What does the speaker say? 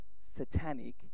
satanic